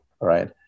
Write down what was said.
right